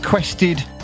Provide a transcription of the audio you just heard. Requested